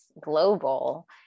global